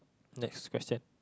next question